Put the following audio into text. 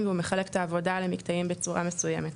והוא מחלק את העבודה למקטעים בצורה מסוימת.